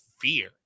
fear